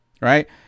Right